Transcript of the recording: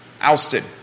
ousted